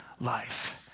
life